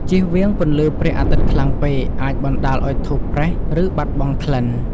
ជៀសវៀងពន្លឺព្រះអាទិត្យខ្លាំងពេកអាចបណ្តាលឱ្យធូបប្រេះ ឬបាត់បង់ក្លិន។